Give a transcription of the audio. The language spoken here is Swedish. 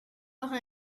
har